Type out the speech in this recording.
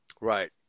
Right